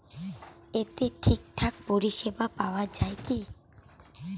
এতে ঠিকঠাক পরিষেবা পাওয়া য়ায় কি?